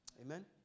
Amen